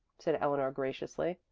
said eleanor graciously.